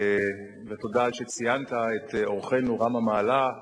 תודה על שציינת את אורחנו רם המעלה,